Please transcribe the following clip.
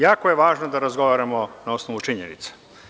Jako je važno da razgovaramo na osnovu činjenica.